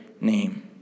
name